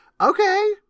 okay